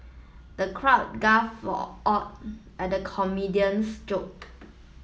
the crowd at the comedian's joke